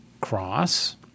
cross